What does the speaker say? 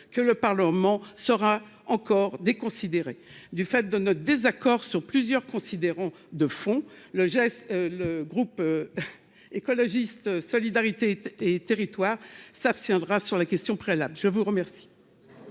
que le Parlement sera encore déconsidérée, du fait de notre désaccord sur plusieurs considérons de fond le geste, le groupe écologiste solidarité et territoires s'abstiendra sur la question préalable, je vous remercie.